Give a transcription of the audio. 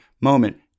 moment